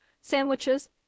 sandwiches